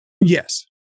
Yes